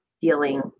feeling